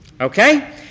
okay